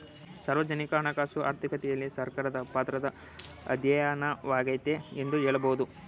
ಸಾರ್ವಜನಿಕ ಹಣಕಾಸು ಆರ್ಥಿಕತೆಯಲ್ಲಿ ಸರ್ಕಾರದ ಪಾತ್ರದ ಅಧ್ಯಯನವಾಗೈತೆ ಎಂದು ಹೇಳಬಹುದು